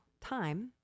time